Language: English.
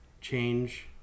Change